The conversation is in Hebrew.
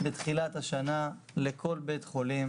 בתחילת השנה לכל בית חולים: